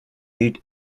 heat